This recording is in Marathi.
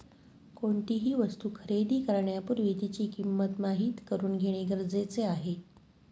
कोणतीही वस्तू खरेदी करण्यापूर्वी तिची किंमत माहित करून घेणे गरजेचे आहे